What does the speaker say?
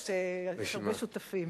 יש הרבה שותפים.